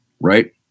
Right